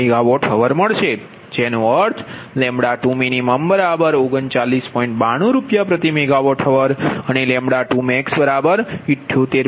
8RsMWhr મળશે જેનો અર્થ 2min39